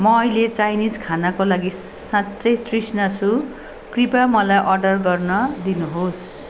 म अहिले चाइनिज खानाको लागि साँच्चै तृष्णा छु कृपया मलाई अर्डर गर्न दिनुहोस्